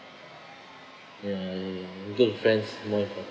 ya great friends move ah